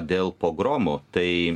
dėl pogromų tai